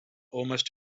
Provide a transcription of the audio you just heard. almost